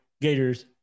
Gators